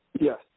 Yes